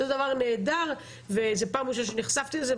זה דבר נהדר וזו פעם ראשונה שנחשפתי אליו.